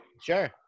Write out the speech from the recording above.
Sure